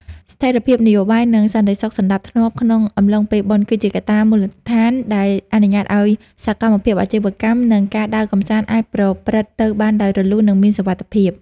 ស្ថិរភាពនយោបាយ និងសន្តិសុខសណ្តាប់ធ្នាប់ក្នុងអំឡុងពេលបុណ្យ គឺជាកត្តាមូលដ្ឋានដែលអនុញ្ញាតឱ្យសកម្មភាពអាជីវកម្ម និងការដើរកម្សាន្តអាចប្រព្រឹត្តទៅបានដោយរលូន និងមានសុវត្ថិភាព។